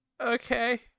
okay